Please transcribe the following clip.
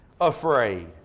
afraid